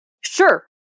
Sure